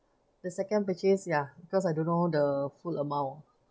the second purchase ya because I don't know the full amount